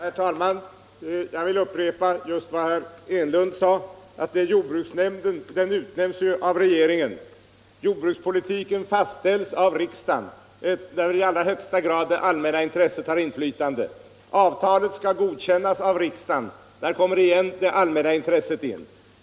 Herr talman! Jag vill upprepa just vad herr Enlund sade, nämligen att jordbruksnämnden utnämns av regeringen. Jordbrukspolitiken fastställs av riksdagen, där i allra högsta grad det allmänna intresset har inflytande. Avtalet skall godkännas av riksdagen —- där kommer det allmänna intresset in igen.